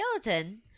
skeleton